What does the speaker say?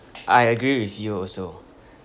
I agree with you also